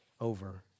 over